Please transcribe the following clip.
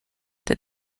that